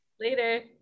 Later